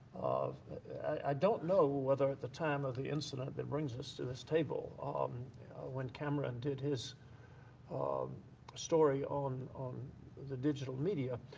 i don't know whether at the time of the incident that brings us to this table um when cameron did his um story on on the digital media,